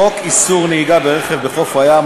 חוק איסור נהיגה ברכב בחוף הים,